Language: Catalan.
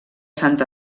sant